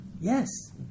yes